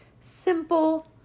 simple